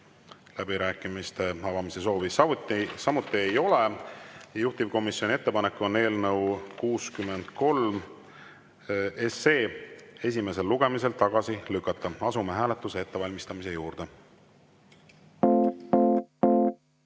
Läbirääkimiste avamise soovi samuti ei ole. Juhtivkomisjoni ettepanek on eelnõu 63 esimesel lugemisel tagasi lükata. Asume hääletuse ettevalmistamise juurde. Head